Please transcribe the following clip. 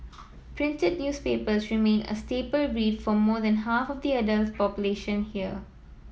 printed newspaper remain a staple read for more than half of the adult population here